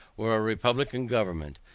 where a republican government,